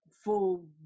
full